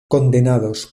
condenados